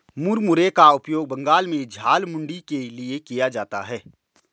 मुरमुरे का उपयोग बंगाल में झालमुड़ी के लिए किया जाता है